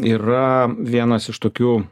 yra vienas iš tokių